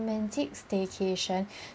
romantic staycation